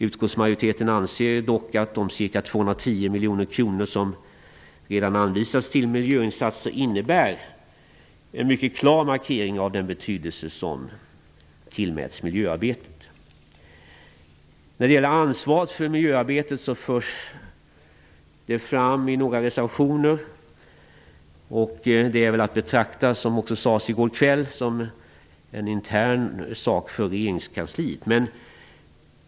Utskottsmajoriteten anser dock att de ca 210 miljoner kronor som redan anvisats till miljöinsatser innebär en mycket klar markering av den betydelse som tillmäts miljöarbetet. Frågan om ansvaret för miljöarbetet förs fram i några reservationer. Som sades i går kväll är det väl att betrakta som en intern sak för regeringskansliet.